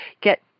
get